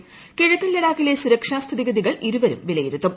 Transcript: ക്ലിഴക്കൻ ലഡാക്കിലെ സുരക്ഷാ സ്ഥിതിഗതികൾ ഇരുവരും പ്പില്യിരുത്തും